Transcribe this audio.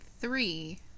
three